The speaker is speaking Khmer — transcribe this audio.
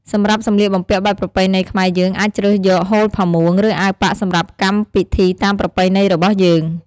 សម្រាប់សម្លៀកបំពាក់បែបប្រពៃណីខ្មែរយើងអាចជ្រើសយក ហូល ផាមួង ឬអាវប៉ាក់សម្រាប់កម្មពិធីតាមប្រពៃណីរបស់យើង។